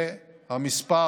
והמספר